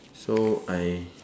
so I